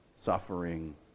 suffering